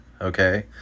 okay